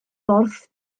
borth